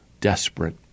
desperate